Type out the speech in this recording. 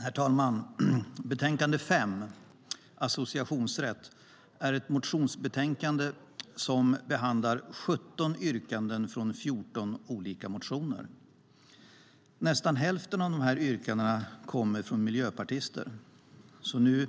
Herr talman! Betänkande 5, Associationsrätt m.m. , är ett motionsbetänkande som behandlar 17 yrkanden från 14 olika motioner. Nästan hälften av yrkandena kommer från miljöpartister så nu